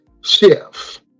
Chef